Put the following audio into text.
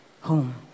home